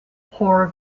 pore